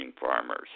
farmers